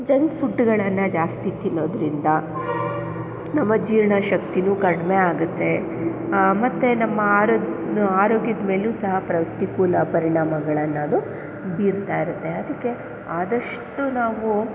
junk ಫುಡ್ಡುಗಳನ್ನು ಜಾಸ್ತಿ ತಿನ್ನೋದರಿಂದ ನಮ್ಮ ಜೀರ್ಣಶಕ್ತಿನು ಕಡಿಮೆಯಾಗತ್ತೆ ಮತ್ತು ನಮ್ಮ ಆರೋಗ್ಯ ಆರೋಗ್ಯದಮೇಲೂ ಸಹ ಪ್ರತಿಕೂಲ ಪರಿಣಾಮಗಳನ್ನು ಅದು ಬೀರ್ತಾಯಿರುತ್ತೆ ಅದಕ್ಕೆ ಆದಷ್ಟು ನಾವು